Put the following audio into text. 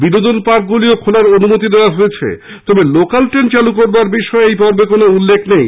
বিনোদন পার্কগুলিও খোলার অনুমতি দেওয়া হয়েছে তবে লোকাল ট্রেন চালু করার ব্যাপারে এই পর্বেও কোনো উল্লেখ নেই